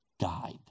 guide